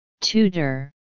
tutor